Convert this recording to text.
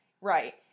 Right